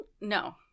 no